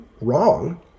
wrong